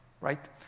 right